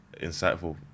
insightful